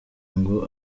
ngo